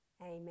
amen